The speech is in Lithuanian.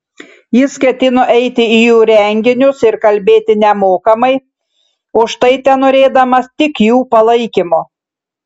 jis ketino eiti į jų renginius ir kalbėti nemokamai už tai tenorėdamas tik jų palaikymo